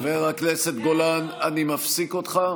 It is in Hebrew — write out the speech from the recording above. חבר הכנסת גולן, אני מפסיק אותך.